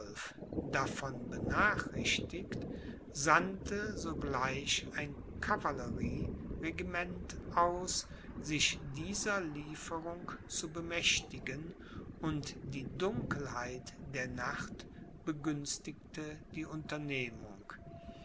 davon benachrichtigt sandte sogleich ein kavallerieregiment aus sich dieser lieferung zu bemächigten und die dunkelheit der nacht begünstigte die unternehmung